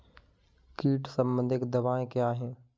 कीट संबंधित दवाएँ क्या हैं?